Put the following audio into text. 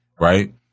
Right